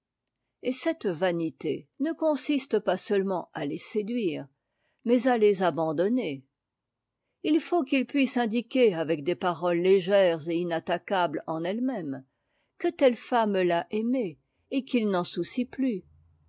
et cette vanité ne consiste pas seulement à les séduire mais à les abandonner il faut qu'il puisse indiquer avec des paroles légères et inattaquables en ettes mêmes que telle femme t'a aimé et qu'il ne s'en soucie plus